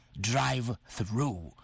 drive-through